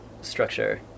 structure